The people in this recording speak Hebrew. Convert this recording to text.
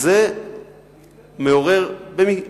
במקרה.